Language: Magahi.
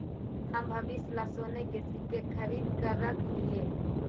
हम भविष्य ला सोने के सिक्के खरीद कर रख लिए